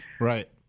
Right